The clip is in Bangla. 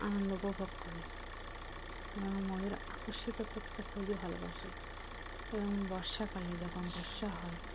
আনন্দ উপভোগ করে এবং ময়ূর আকর্ষিত করতে খুবই ভালোবাসে এবং বর্ষাকালে যখন বর্ষা হয়